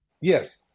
Yes